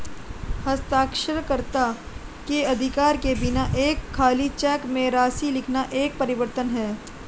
हस्ताक्षरकर्ता के अधिकार के बिना एक खाली चेक में राशि लिखना एक परिवर्तन है